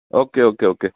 okay okay okay